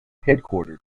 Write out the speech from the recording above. headquartered